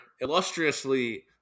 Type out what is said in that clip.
illustriously